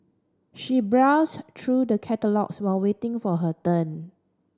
she browsed through the catalogues while waiting for her turn